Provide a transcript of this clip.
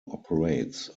operates